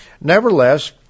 Nevertheless